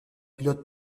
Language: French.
pilotes